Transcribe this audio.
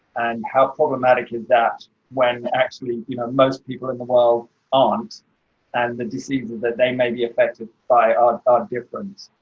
and how problematic is that when actually, you know, most people in the world aren't and the diseases that they may be affected by a ah difference.